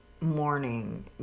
morning